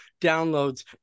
downloads